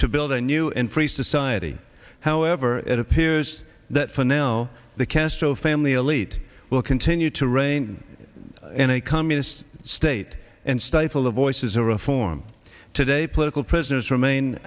to build a new and free society however it appears that for now the castro family elite will continue to reign in a communist state and stifle the voices of reform today political prisoners remain